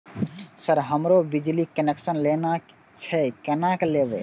Sir हमरो बिजली connection लेना छे केना लेबे?